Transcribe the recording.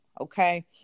Okay